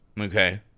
Okay